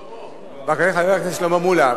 בבקשה, חבר הכנסת מולה.